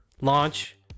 launch